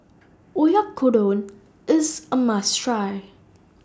Oyakodon IS A must Try